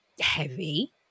heavy